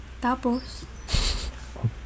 tapos